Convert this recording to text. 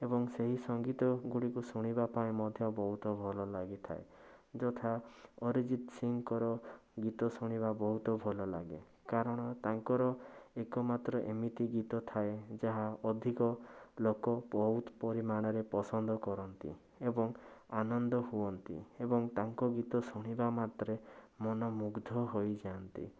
ଏବଂ ସେହି ସଙ୍ଗୀତ ଗୁଡ଼ିକୁ ଶୁଣିବା ପାଇଁ ମଧ୍ୟ ବହୁତ ଭଲ ଲାଗିଥାଏ ଯଥା ଅରିଜିତ୍ସିଂଙ୍କର ଗୀତ ଶୁଣିବା ବହୁତ ଭଲ ଲାଗେ କାରଣ ତାଙ୍କର ଏକମାତ୍ର ଏମିତି ଗୀତଥାଏ ଯାହା ଅଧିକ ଲୋକ ବହୁତ୍ ପରିମାଣରେ ପସନ୍ଦ କରନ୍ତି ଏବଂ ଆନନ୍ଦ ହୁଅନ୍ତି ଏବଂ ତାଙ୍କ ଗୀତ ଶୁଣିବା ମାତ୍ରେ ମନ ମୁଗ୍ଧ ହୋଇଯାଆନ୍ତି